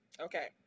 Okay